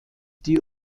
die